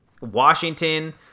Washington